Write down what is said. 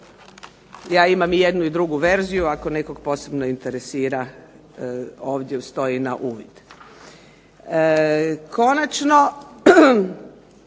Ja imam i jednu i drugu verziju, ako nekoga posebno interesira ovdje mu stoji na uvid. Konačno,